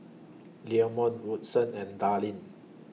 Leamon Woodson and Darline